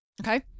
Okay